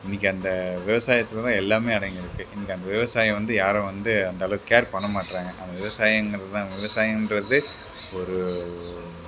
இன்றைக்கி அந்த விவசாயத்தில் தான் எல்லாமே அடங்கியிருக்கு இன்றைக்கி அந்த விவசாயம் வந்து யாரும் வந்து அந்தளவுக்கு கேர் பண்ண மாட்ங்றாங்க அந்த விவசாயங்கிறது தான் விவசாயங்கிறது ஒரு